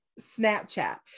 Snapchat